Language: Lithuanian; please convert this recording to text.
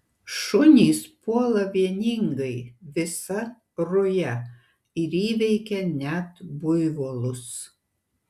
šunys puola vieningai visa ruja ir įveikia net buivolus